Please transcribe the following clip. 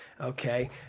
Okay